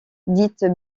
dites